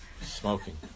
smoking